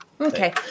Okay